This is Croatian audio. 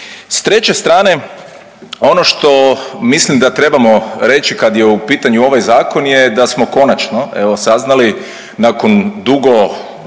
S treće strane ono što mislim da trebamo reći kad je u pitanju ovaj zakon je da smo konačno evo saznali nakon dugo obvijenom,